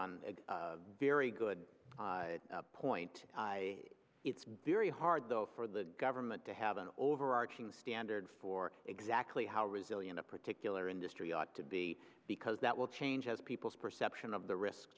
a very good point it's very hard though for the government to have an overarching standard for exactly how resilient a particular industry ought to be because that will change as people's perception of the risk